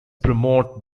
promote